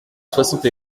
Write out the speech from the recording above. soixante